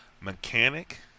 mechanic